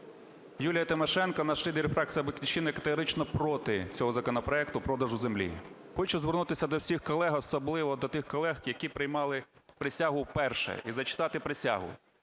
Юлія Тимошенко, наш лідер, і фракція "Батьківщини" категорично проти цього законопроекту продажу землі. Хочу звернутися до всіх колеги, особливо до тих колег, які приймали присягу вперше, і зачитати присягу: